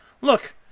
Look